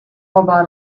about